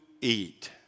eat